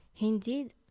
Indeed